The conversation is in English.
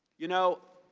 you know,